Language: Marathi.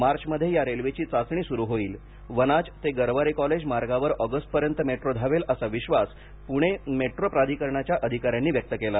मार्चमध्ये चाचणी सुरू होतील आणि वनाज ते गरवारे कॉलेज मार्गावर ऑगस्टपर्यंत मेट्रो धावेल असा विश्वास पूणे मेट्रो प्राधिकरणाच्या अधिकाऱ्यांनी व्यक्त केला